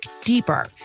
deeper